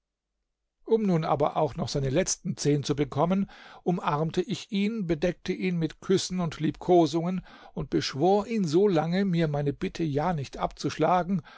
um nun aber auch noch seine zehn letzten zu bekommen umarmte ich ihn bedeckte ihn mit küssen und liebkosungen und beschwor ihn solange mir meine bitte ja nicht abzuschlagen